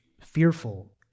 fearful